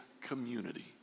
community